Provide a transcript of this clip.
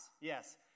Yes